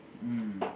mm